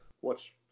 watch